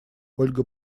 ольга